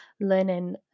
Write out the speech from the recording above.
learning